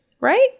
Right